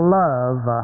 love